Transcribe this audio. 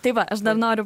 tai va aš dar noriu